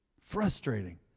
Frustrating